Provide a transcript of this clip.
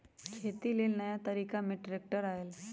खेती लेल नया तरिका में ट्रैक्टर आयल